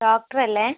doctor അല്ലേ